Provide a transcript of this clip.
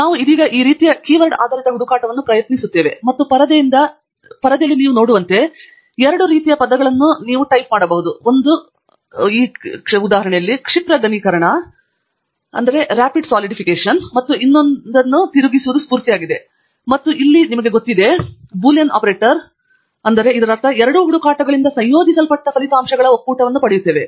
ನಾವು ಇದೀಗ ಈ ರೀತಿಯ ಕೀವರ್ಡ್ ಆಧಾರಿತ ಹುಡುಕಾಟವನ್ನು ಪ್ರಯತ್ನಿಸುತ್ತಿದ್ದೇವೆ ಮತ್ತು ಪರದೆಯಿಂದ ನೀವು ನೋಡುವಂತೆ ನಾನು ಎರಡು ರೀತಿಯ ಪದಗಳಲ್ಲಿ ಟೈಪ್ ಮಾಡಿದ್ದೇನೆ ಒಂದು ಕ್ಷಿಪ್ರ ಘನೀಕರಣ ಮತ್ತು ಇನ್ನೊಂದನ್ನು ತಿರುಗಿಸುವುದು ಸ್ಫೂರ್ತಿಯಾಗಿದೆ ಮತ್ತು ನಾನು ಇಲ್ಲಿ ನಿಮಗೆ ಗೊತ್ತಿದೆ ನಿಮಗೆ ತಿಳಿದಿದೆ ಅಥವಾ ಬೂಲಿಯನ್ ಆಪರೇಟರ್ ಇದರರ್ಥ ನಾವು ಎರಡೂ ಹುಡುಕಾಟಗಳಿಂದ ಸಂಯೋಜಿಸಲ್ಪಟ್ಟ ಫಲಿತಾಂಶಗಳ ಒಕ್ಕೂಟವನ್ನು ಪಡೆಯುತ್ತೇವೆ